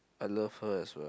I love her as well